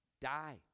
died